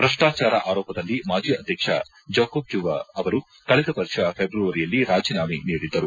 ಭ್ರಷ್ಟಾಚಾರ ಆರೋಪದಲ್ಲಿ ಮಾಜಿ ಅಧ್ಯಕ್ಷ ಜಾಕೊಬ್ ಜುಮಾ ಅವರು ಕಳೆದ ವರ್ಷ ಫೆಬ್ರವರಿಯಲ್ಲಿ ರಾಜೀನಾಮೆ ನೀಡಿದ್ದರು